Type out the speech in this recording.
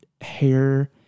hair